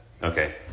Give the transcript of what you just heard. Okay